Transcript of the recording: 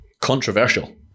Controversial